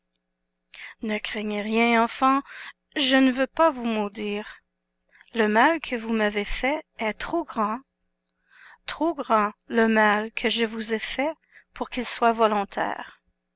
ne craignez rien enfants je ne veux pas vous maudire le mal que vous m'avez fait est trop grand trop grand le mal que je vous ai fait pour qu'il soit volontaire